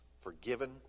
forgiven